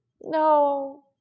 No